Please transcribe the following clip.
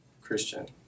Christian